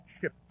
ship